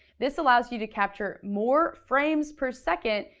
this allows you to capture more frames per second,